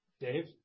Dave